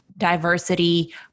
diversity